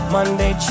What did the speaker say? Monday